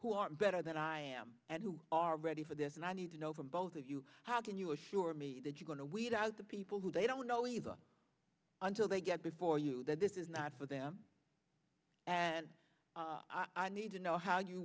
who are better than i am and who are ready for this and i need to know from both of you how can you assure me that you're going to weed out the people who they don't know either until they get before you that this is not for them and i need to know how you